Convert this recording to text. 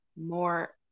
more